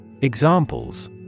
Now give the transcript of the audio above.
Examples